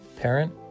parent